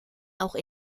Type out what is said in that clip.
auch